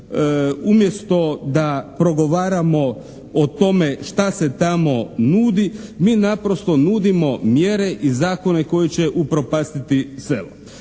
umjesto da progovaramo o tome šta se tamo nudi mi naprosto nudimo mjere i zakone koji će upropastiti selo.